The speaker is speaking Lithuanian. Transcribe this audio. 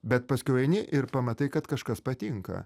bet paskiau eini ir pamatai kad kažkas patinka